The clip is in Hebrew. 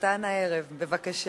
חתן הערב, בבקשה.